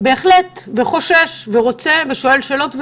חושש ושואל שאלות.